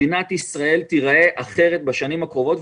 מדינת ישראל תיראה אחרת בשנים הקרובות.